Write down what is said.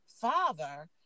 father